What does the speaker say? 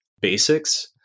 Basics